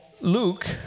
Luke